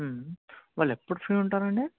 వాళ్ళు ఎప్పుడు ఫ్రీ ఉంటారు అండి